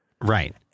Right